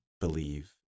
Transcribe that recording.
believe